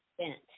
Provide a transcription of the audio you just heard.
spent